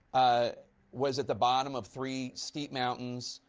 ah was at the bottom of three steep mountains,